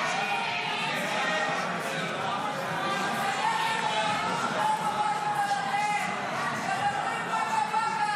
ההצעה להעביר לוועדה את הצעת חוק החלת הריבונות הישראלית על בקעת הירדן,